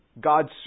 God's